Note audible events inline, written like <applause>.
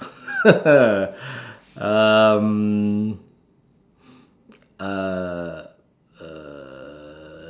<laughs> um uh